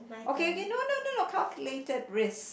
okay okay no no no calculated risk